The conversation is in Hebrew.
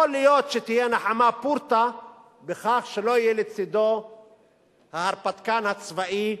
יכול להיות שתהיה נחמה פורתא בכך שלא יהיה לידו ההרפתקן הצבאי